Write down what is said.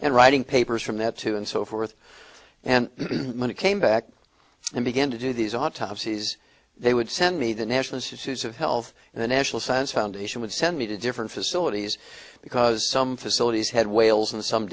and writing papers from that too and so forth and when it came back and began to do these autopsies they would send me the national institutes of health and the national science foundation would send me to different facilities because some facilities had whales and some